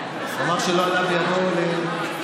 לא,